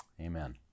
Amen